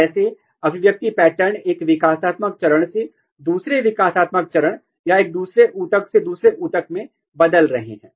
कैसे अभिव्यक्ति पैटर्न एक विकासात्मक चरण से दूसरे विकासात्मक चरण या एक ऊतक से दूसरे ऊतक में बदल रहे हैं